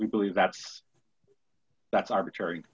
we believe that's that's arbitrary